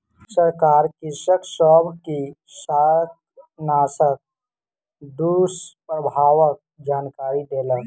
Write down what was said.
सरकार कृषक सब के शाकनाशक दुष्प्रभावक जानकरी देलक